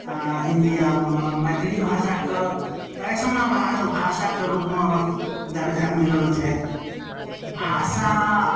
इंडियामे मैथिली भाषाके बाइसमा भाषाके रूपमे दर्जा मिलल छथि भाषा